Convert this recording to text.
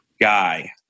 guy